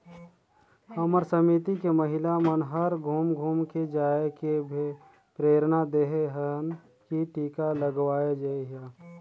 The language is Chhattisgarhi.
हमर समिति के महिला मन हर घुम घुम के जायके प्रेरना देहे हन की टीका लगवाये जइहा